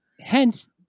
Hence